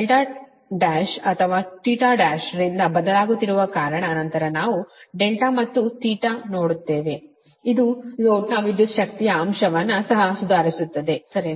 1 ಅಥವಾ 1 ರಿಂದ ಬದಲಾಗುತ್ತಿರುವ ಕಾರಣ ನಂತರ ನಾವು δ ಮತ್ತು ನೋಡುತ್ತೇವೆ ಇದು ಲೋಡ್ನ ವಿದ್ಯುತ್ ಶಕ್ತಿಯ ಅಂಶವನ್ನು ಸಹ ಸುಧಾರಿಸುತ್ತದೆ ಸರಿನಾ